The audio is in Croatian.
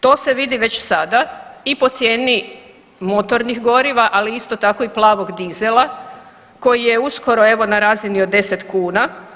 To se vidi već sada i po cijeni motornih goriva, ali isto tako i plavog dizela koji je uskoro evo nar razini od 10 kuna.